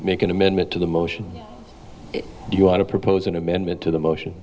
make an amendment to the motion do you want to propose an amendment to the motion